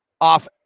off